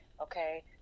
okay